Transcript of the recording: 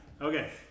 Okay